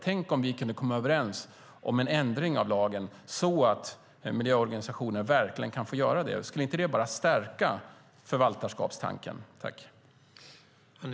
Tänk om vi kunde komma överens om en ändring av lagen, så att miljöorganisationer verkligen kunde få göra det! Skulle inte det stärka förvaltarskapstanken?